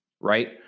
right